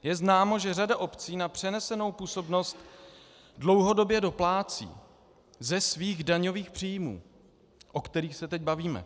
Je známo, že řada obcí na přenesenou působnost dlouhodobě doplácí ze svých daňových příjmů, o kterých se teď bavíme.